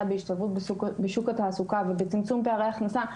בהשתלבות בשוק התעסוקה ובצמצום פערי הכנסה,